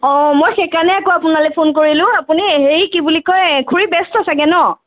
অঁ মই সেইকাৰণে আকৌ আপোনালে ফোন কৰিলোঁ আপুনি হেৰি কি বুলি কয় খুৰী ব্যস্ত চাগে ন